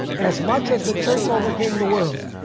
as much as the church overcame the world,